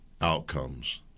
outcomes